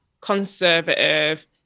conservative